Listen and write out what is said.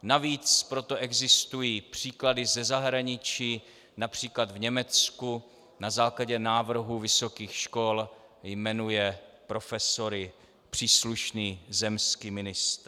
Navíc pro to existují příklady ze zahraničí, například v Německu na základě návrhu vysokých škol jmenuje profesory příslušný zemský ministr.